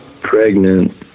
pregnant